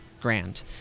Grand